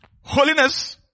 Holiness